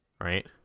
Right